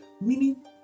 Meaning